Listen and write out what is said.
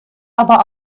aber